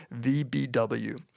VBW